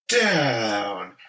down